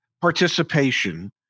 participation